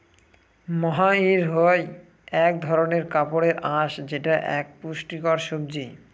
মহাইর হয় এক ধরনের কাপড়ের আঁশ যেটা এক পুষ্টিকর সবজি